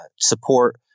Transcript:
support